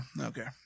okay